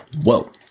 Whoa